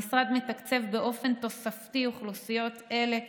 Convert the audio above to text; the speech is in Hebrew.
המשרד מתקצב באופן תוספתי אוכלוסיות אלה,